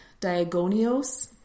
diagonios